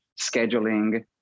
scheduling